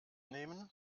nehmen